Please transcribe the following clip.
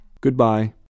Goodbye